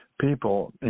people